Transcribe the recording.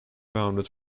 bounded